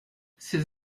ses